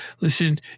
Listen